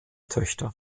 töchter